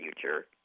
future